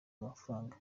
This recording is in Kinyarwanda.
amafaranga